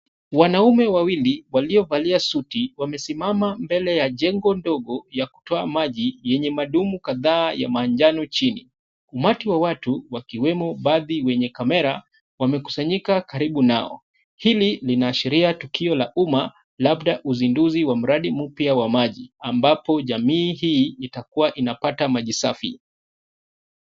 Wanaume wawili waliovalia suti wamesimama mbele ya jengo ndogo ya kutoa maji yenye madumu kadhaa ya manjao chini. Umati wa watu wakiwemo baadhi wenye kamera wamekusanyika karibu nao. Hili linaashiria tukio la umma labda uzinduzi wa mradi mpya wa maji ambapo jamii hii itakuwa inapata maji safi.